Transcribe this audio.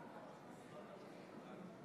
57 חברי כנסת בעד, 51 נגד.